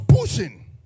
pushing